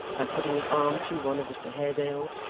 by putting his arm through one of mr haredale's,